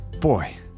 boy